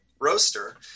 roaster